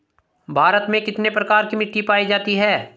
भारत में कितने प्रकार की मिट्टी पाई जाती हैं?